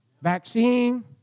Vaccine